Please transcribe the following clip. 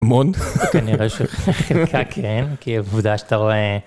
המון. כנראה שחלקה כן, כי עובדה שאתה רואה.